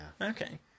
Okay